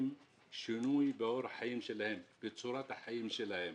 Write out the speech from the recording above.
שינוי באורח החיים שלהם ובצורת החיים שלהם.